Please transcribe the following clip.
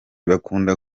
bakunda